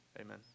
amen